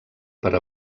per